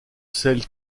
celle